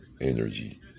energy